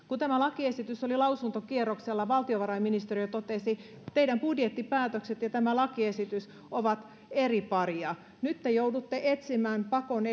kun tämä lakiesitys oli lausuntokierroksella valtiovarainministeriö totesi että teidän budjettipäätöksenne ja tämä lakiesitys ovat eri paria nyt te joudutte etsimään pakon